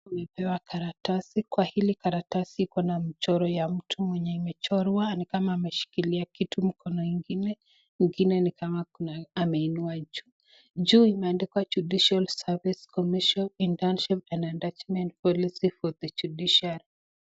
Tumepewa karatasi kwa hili karatasi kuna mchoro ya mtu yenye imechorwa nikama ameshikilia kitu mkono ingine, ingine ameinua juu. Juu imeandikwa Judicial Service Commission Internship and attachment policy for the judiciary .